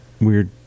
weird